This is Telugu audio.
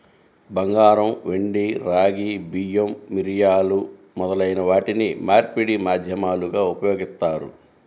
బంగారం, వెండి, రాగి, బియ్యం, మిరియాలు మొదలైన వాటిని మార్పిడి మాధ్యమాలుగా ఉపయోగిత్తారు